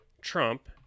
Trump